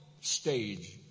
stage